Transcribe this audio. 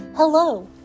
Hello